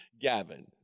Gavin